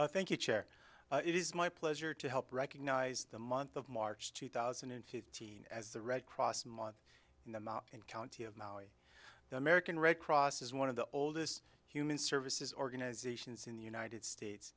chair it is my pleasure to help recognize the month of march two thousand and fifteen as the red cross month and the mouth and county of maui the american red cross is one of the oldest human services organizations in the united states